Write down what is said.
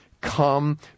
come